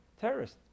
terrorist